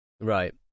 Right